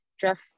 Jeff